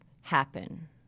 happen